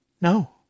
No